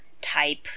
type